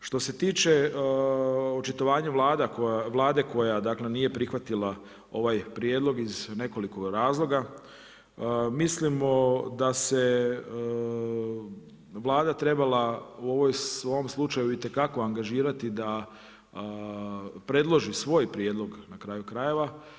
Što se tiče očitovanja Vlade koja nije prihvatila ovaj prijedlog iz nekoliko razloga, mislimo da se Vlada trebala u ovom slučaju itekako angažirati da predloži svoj prijedlog na kraju krajeva.